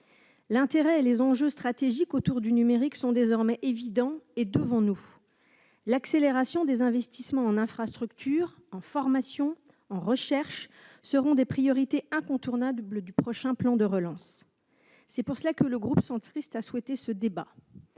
L'intérêt et les enjeux stratégiques du numérique sont désormais évidents et devant nous. L'accélération des investissements dans les infrastructures, la formation, la recherche sera une priorité incontournable pour le prochain plan de relance. C'est pourquoi que le groupe Union Centriste a souhaité ce débat.